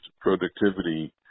productivity